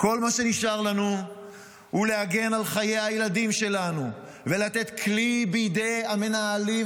כל מה שנשאר לנו הוא להגן על חיי הילדים שלנו ולתת כלי בידי המנהלים,